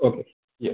okay yeah